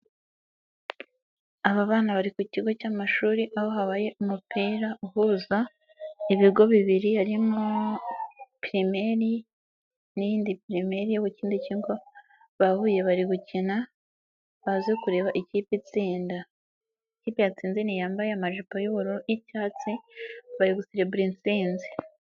Aba bana bari ku kigo cy'amashuri aho habaye umupira uhuza ibigo bibiri harimo pirimeri n'iyindi pirimeri yo ku kindi Kigo bahuye bari gukina baze kureba ikipe itsinda ikipe yatsinze ni iyi yambaye amajipo y'ubururu n'icyatsi bari guserebura insinzi.